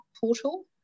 portal